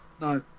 No